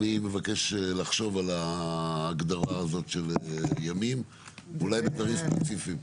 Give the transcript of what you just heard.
אני מבקש לחשוב על ההגדרה הזאת של ימים אולי בדברים ספציפיים.